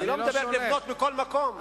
אני לא אומר לבנות בכל מקום,